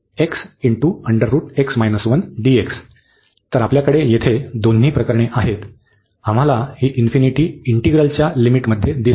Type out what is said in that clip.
तर आपल्याकडे येथे दोन्ही प्रकरणे आहेत आम्हाला ही इन्फिनिटी इंटिग्रलच्या लिमिटमध्ये दिसते